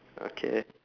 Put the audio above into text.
okay